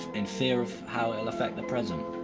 in fear of how it'll affect the present.